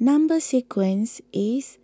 Number Sequence is